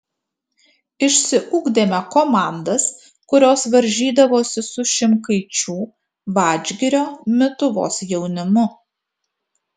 išsiugdėme komandas kurios varžydavosi su šimkaičių vadžgirio mituvos jaunimu